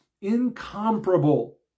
incomparable